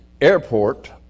airport